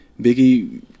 Biggie